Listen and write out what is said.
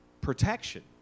protection